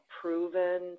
Proven